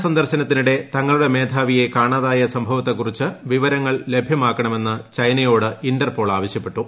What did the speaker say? China സന്ദർശനത്തിനിടെ തങ്ങളുടെ മേധാവിയെ കാണാതായ സംഭവത്തെക്കുറിച്ച് വിവരങ്ങൾ ലഭൃമാക്കണമെന്ന് ചൈനയോട് ഇന്റർപോൾ ആവശൃപ്പെട്ടു